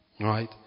right